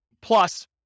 plus